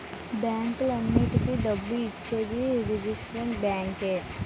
బ్యాంకులన్నింటికీ డబ్బు ఇచ్చేది రిజర్వ్ బ్యాంకే